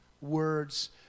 words